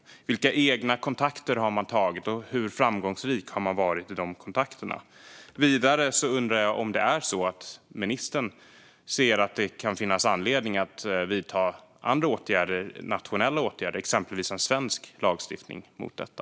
Vilka egna kontakter har man tagit? Hur framgångsrik har man varit i de kontakterna? Vidare undrar jag om ministern anser att det kan finnas anledning att vidta andra åtgärder, nationella åtgärder, exempelvis en svensk lagstiftning mot detta.